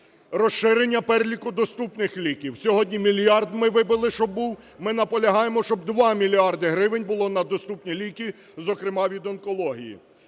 Розширення переліку доступних ліків. Сьогодні мільярд ми вибили, щоб був, ми наполягаємо, що 2 мільярди гривень було на доступні ліки, зокрема від онкології.